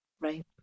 right